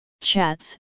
chats